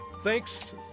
Thanks